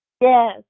Yes